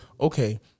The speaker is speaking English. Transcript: Okay